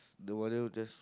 the mother just